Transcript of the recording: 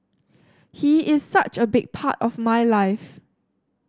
he is such a big part of my life